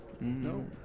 No